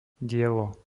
dielo